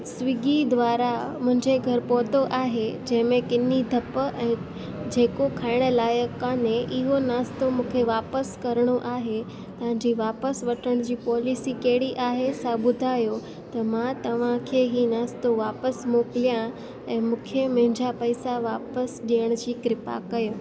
Swiggy द्वारा मुंहिंजे घर पहुतो आहे जंहिंमें किनी धप ऐं जेको खाइणु लाइक़ु काने इहो नास्तो मूंखे वापसि करणो आहे तव्हांजी वापसि वठण जी पोलिसी कहिड़ी आहे सा ॿुधायो मां तव्हांखे हीउ नास्तो वापसि मोकिलियां ऐं मूंखे मुंहिंजा पैसा वापसि ॾियण जी कृपा कयो